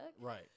Right